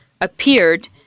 appeared